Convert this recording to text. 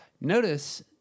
Notice